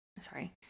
sorry